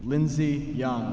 lindsay young